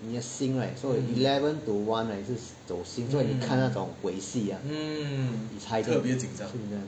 你的心 right so eleven to one right 是走心 so 所以你看那种鬼戏 ah it's heightened